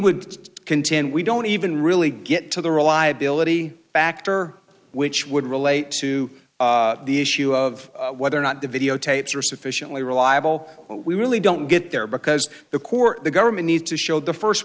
would contend we don't even really get to the reliability factor which would relate to the issue of whether or not the videotapes are sufficiently reliable but we really don't get there because the court the government needs to show the first